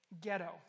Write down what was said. ghetto